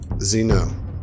Zeno